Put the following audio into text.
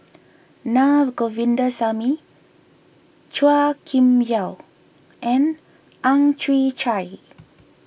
Na Govindasamy Chua Kim Yeow and Ang Chwee Chai